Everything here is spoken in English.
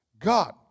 God